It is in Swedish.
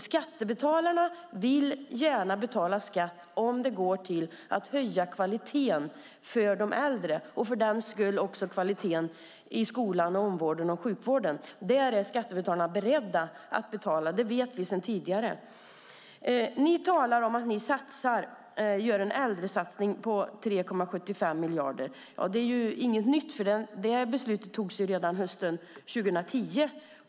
Skattebetalarna vill gärna betala skatt om det går till att höja kvaliteten för de äldre, och för den skull också kvaliteten i skolan, omsorgen och sjukvården. Där är skattebetalarna beredda att betala - det vet vi sedan tidigare. Ni talar om att ni gör en äldresatsning på 3,75 miljarder. Ja, det är inget nytt, för det beslutet togs redan hösten 2010.